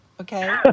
okay